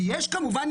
וכמובן,